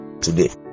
today